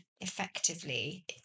effectively